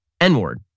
N-word